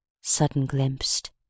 Sudden-glimpsed